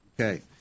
Okay